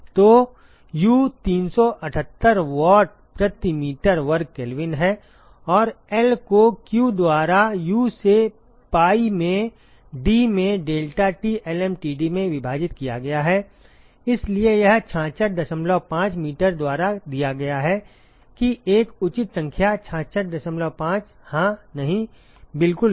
तो U 378 watt प्रति metre वर्ग केल्विन है और L को Q द्वारा U से Pi में D में deltaT lmtd में विभाजित किया गया है इसलिए यह 665 मीटर द्वारा दिया गया है कि एक उचित संख्या 665 हां नहीं बिल्कुल नहीं